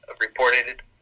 reported